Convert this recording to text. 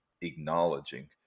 acknowledging